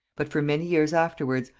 but for many years afterwards,